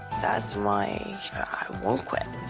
that's why i won't quit.